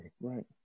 Right